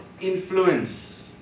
influence